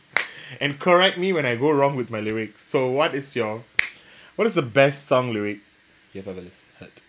and correct me when I go wrong with my lyrics so what is your what is the best song lyric you've ever lis~ heard